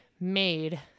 made